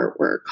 artwork